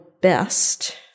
best